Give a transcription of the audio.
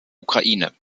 ukraine